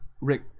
Rick